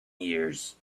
years